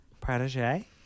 Protege